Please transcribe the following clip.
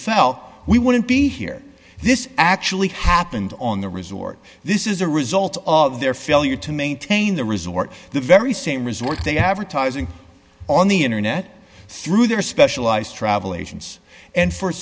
fell we wouldn't be here this actually happened on the resort this is a result of their failure to maintain the resort the very same resort they have or ties in on the internet through their specialized travel agents and f